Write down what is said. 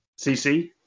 CC